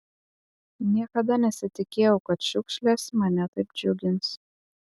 niekada nesitikėjau kad šiukšlės mane taip džiugins